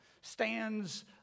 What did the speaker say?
stands